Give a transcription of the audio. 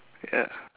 ya